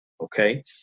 Okay